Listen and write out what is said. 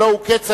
הלוא הוא כצל'ה.